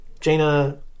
Jaina